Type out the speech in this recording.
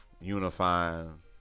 unifying